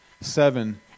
Seven